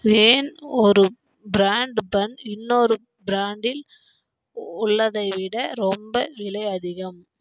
ஏன் ஒரு பிராண்ட் பன் இன்னொரு பிராண்டில் உள்ளதை விட ரொம்ப விலை அதிகம்